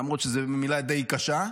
למרות שזו מילה די קשה,